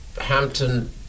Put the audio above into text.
Hampton